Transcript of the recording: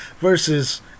versus